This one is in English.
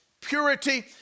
purity